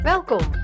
Welkom